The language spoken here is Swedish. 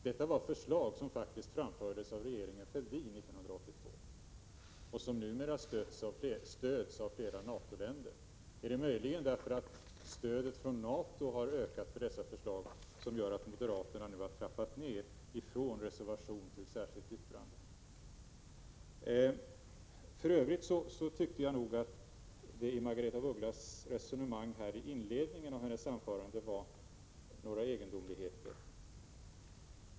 Det gällde förslag som regeringen framförde i FN 1982, och de stöds numera av flera Natoländer. Är det möjligen det förhållandet att stödet för dessa förslag från Nato har ökat som gör att moderaterna nu har trappat ned från reservation till särskilt yttrande? För övrigt tyckte jag nog att det fanns en del egendomligheter i det resonemang som Margaretha af Ugglas förde i inledningen av sitt anförande.